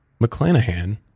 McClanahan